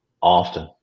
often